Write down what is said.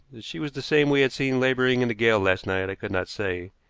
that she was the same we had seen laboring in the gale last night i could not say,